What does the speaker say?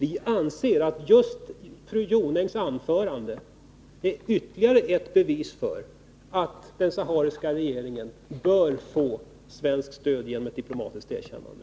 Vi anser att just fru Jonängs anförande är ytterligare ett bevis för att den sahariska regeringen bör få svenskt stöd genom ett diplomatiskt erkännande.